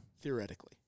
Theoretically